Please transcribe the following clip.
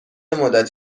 مدت